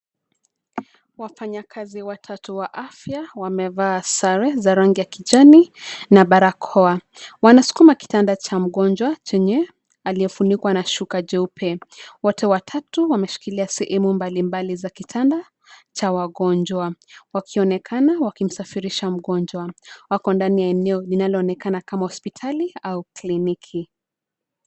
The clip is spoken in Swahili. Wafanyakazi watatu wa afya wamevaa sare za rangi ya kijani, na barakoa. Wanasukuma kitanda cha mgonjwa chenye, aliyefunikwa na shuka jeupe. Wote watatu wameshikilia sehemu mbalimbali za kitanda, cha wagonjwa, wakionekana wakimsafirisha mgonjwa. Wako ndani ya eneo linaloonekana kama hospitali au kliniki.